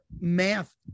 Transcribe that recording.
math